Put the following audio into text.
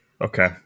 Okay